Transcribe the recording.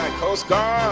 coast guard